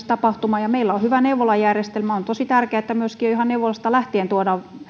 tapahtumaan ja meillä on hyvä neuvolajärjestelmä on tosi tärkeää että myöskin jo ihan neuvolasta lähtien tuodaan